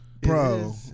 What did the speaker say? bro